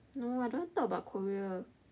no I don't want talk about Korea